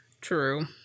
true